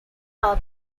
are